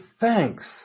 thanks